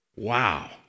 Wow